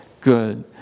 good